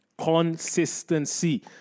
consistency